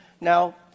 Now